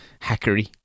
hackery